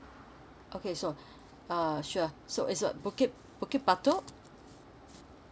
okay so uh sure so it's a bukit bukit batok